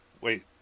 wait